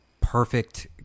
Perfect